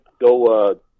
go